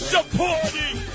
Supporting